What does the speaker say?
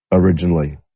originally